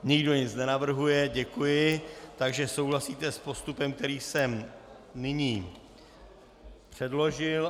Nikdo nic nenavrhuje, děkuji, takže souhlasíte s postupem, který jsem nyní předložil.